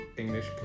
English